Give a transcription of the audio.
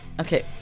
Okay